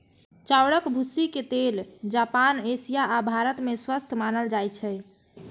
चाउरक भूसीक तेल जापान, एशिया आ भारत मे स्वस्थ मानल जाइ छै